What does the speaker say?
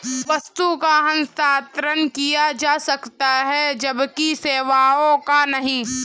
वस्तु का हस्तांतरण किया जा सकता है जबकि सेवाओं का नहीं